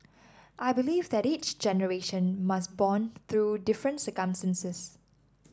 I believe that each generation must bond through different circumstances